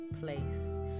place